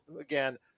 again